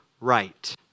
right